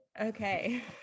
okay